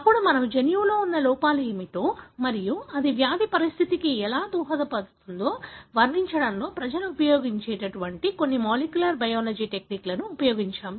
అప్పుడు మనము జన్యువులో ఉన్న లోపాలు ఏమిటో మరియు అది వ్యాధి పరిస్థితికి ఎలా దోహదపడుతుందో వర్ణించడంలో ప్రజలు ఉపయోగించే కొన్ని మాలిక్యులర్ బయాలజీ టెక్నిక్లను పరిశీలించాము